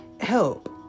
help